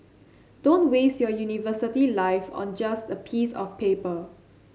don't waste your university life on just a piece of paper